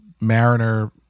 Mariner